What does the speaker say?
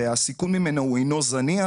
והסיכון ממנה הוא אינו זניח.